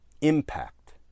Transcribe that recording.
impact